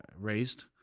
raised